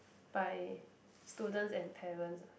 by students and parents ah